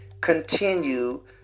continue